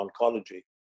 Oncology